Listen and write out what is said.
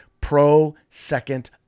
pro-Second